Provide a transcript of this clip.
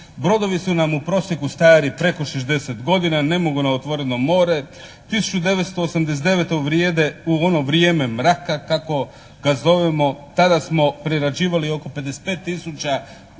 Brodovi su nam u prosjeku stari preko 60 godina i ne mogu na otvoreno more. 1989. u ono vrijeme mraka kako ga zovemo, tada smo prerađivali oko 55 tisuća